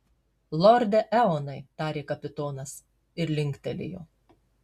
lorde eonai tarė kapitonas ir linktelėjo